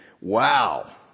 wow